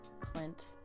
Clint